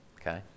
Okay